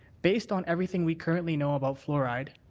based on everything we currently know about fluoride,